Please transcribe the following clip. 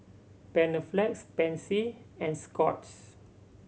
Panaflex Pansy and Scott's